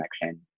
connection